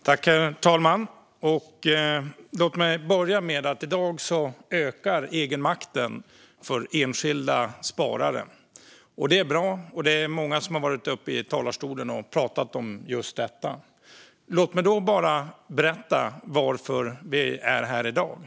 Herr talman! Låt mig börja med att säga att i dag ökar egenmakten för enskilda sparare. Det är bra, och det är många som har varit uppe i talarstolen och pratat om just detta. Låt mig berätta varför vi är här i dag.